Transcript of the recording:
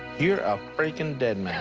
you're a freakin' dead